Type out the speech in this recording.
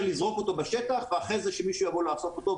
לזרוק אותו בשטח ואחרי כן שמישהו יבוא לאסוף אותו,